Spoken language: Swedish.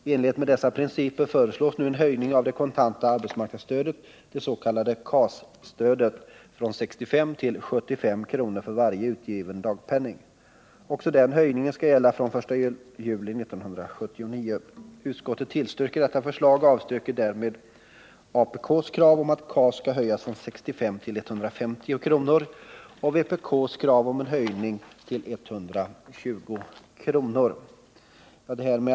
I enlighet med dessa principer föreslås nu en höjning av det kontanta arbetsmarknadsstödet — KAS-stödet — från 65 till 75 kr. för varje utgiven dagpenning. Också den höjningen skall gälla från den 1 juli 1979. Utskottet tillstyrker detta förslag och avstyrker därmed apk:s krav att KAS skulle höjas från 65 till 150 kr. och vpk:s krav på en höjning till 120 kr.